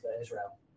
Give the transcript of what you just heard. Israel